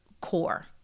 core